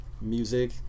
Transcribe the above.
music